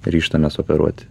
ryžtamės operuoti